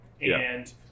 And-